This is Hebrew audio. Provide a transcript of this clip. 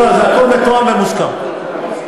הכול מתואם עם הלשכה.